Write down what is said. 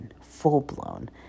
full-blown